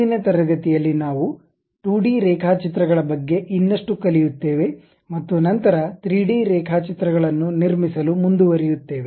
ಇಂದಿನ ತರಗತಿಯಲ್ಲಿ ನಾವು 2 ಡಿ ರೇಖಾಚಿತ್ರಗಳ ಬಗ್ಗೆ ಇನ್ನಷ್ಟು ಕಲಿಯುತ್ತೇವೆ ಮತ್ತು ನಂತರ 3D ರೇಖಾಚಿತ್ರಗಳನ್ನು ನಿರ್ಮಿಸಲು ಮುಂದುವರಿಯುತ್ತೇವೆ